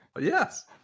yes